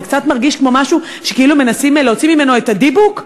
זה קצת מרגיש כמו משהו שכאילו מנסים להוציא ממנו את הדיבוק.